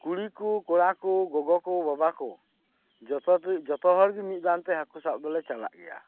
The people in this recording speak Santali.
ᱠᱩᱲᱤ ᱠᱚ ᱠᱚᱲᱟ ᱠᱚ ᱜᱚᱜᱚ ᱠᱚ ᱵᱟᱵᱟ ᱠᱚ ᱡᱚᱛᱚ ᱛᱮ ᱡᱚᱛᱚ ᱦᱚᱲ ᱜᱮ ᱢᱤᱫ ᱫᱷᱟᱱ ᱦᱟᱠᱩ ᱥᱟᱵ ᱫᱚᱞᱮ ᱪᱟᱞᱟᱜ ᱜᱮᱭᱟ